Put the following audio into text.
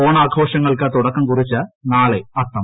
ഓണാഘോഷങ്ങൾക്ക് തുടക്കം കുറിച്ച് നാളെ അത്തം